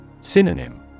Synonym